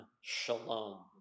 shalom